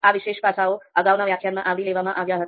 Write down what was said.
આ વિશેષ પાસાઓ અગાઉના વ્યાખ્યાનમાં આવરી લેવામાં આવ્યા હતા